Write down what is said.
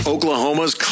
Oklahoma's